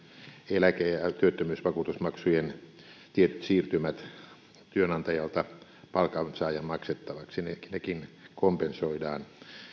eläke ja työttömyysvakuutusmaksujen tietyt siirtymät työnantajalta palkansaajan maksettavaksi nekin nekin kompensoidaan